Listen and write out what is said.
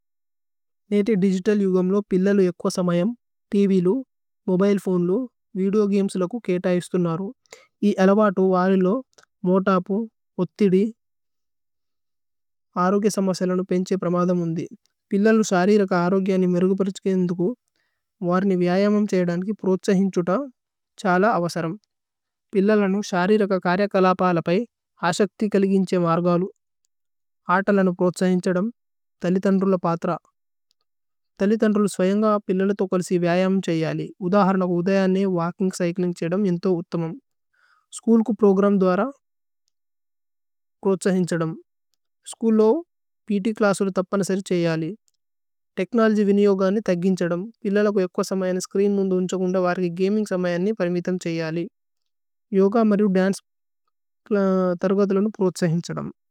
നേതി digital യുഗമ് ലോ പില്ല ലു ഏക്വ സമയമ് ത്വ് ലു മോബിലേ ഫോനേ ലു വിദേഓ ഗമേസ് ലകു കേത ഇശ്ഥുനരു। ഇ അലവ തോ വരി ലു മോതപു ഉത്ഥി ദി അരോഗി സമസേല നുപേന്ഛേ പ്രമദമ് ഉന്ദി। പില്ല ലു ശരി രക അരോഗി അനി മിര്ഗുപരിഛ്കേ ഉന്ന്ഥു മോ വര്നി വ്യയമമ് ഛയ്ദേ അന്കി പ്രോത്സഹിന് ഛുത ഛല അവസരമ്। പില്ല ലു ശരി രക കര്യ കലപലപൈ അസക്തി കലിഗിന്ഛേ മര്ഗ ലു। ആത ലു നുപ്രോത്സഹിന് ഛദമ് തലിഥന്ദ്രു ലു പത്ര। തലിഥന്ദ്രു ലു സ്വയന്ഗ ആപ് പില്ല ലു ഥുകല്സി വ്യയമമ് ഛയേ അനി। ഉദ ഹര്നക ഉദയ അനി വല്കിന്ഗ് ച്യ്ച്ലിന്ഗ് ഛദമ് ഇന്ഥു ഉത്ഥമമ്। സ്ഛൂല് കു പ്രോഗ്രമ് ദ്വര പ്രോത്സഹിന് ഛദമ്। സ്ഛൂല് ലു പ്ത് ക്ലസു ലു തപന ശരി ഛയേ അനി। തേഛ്നോലോഗ്യ് വിനി യോഗ അനി തഗിന് ഛദമ്। പില്ല ലു ഏക്വ സമയമ് ന സ്ച്രീന് മോ ധുന്ഛകുന് ദ വരി ഗമിന്ഗ് സമയമ് നി പരിമിഥമ് ഛയേ അനി। യോഗ മരു ദന്ചേ തര്ഗ ലു നുപ്രോത്സഹിന് ഛദമ്।